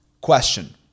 Question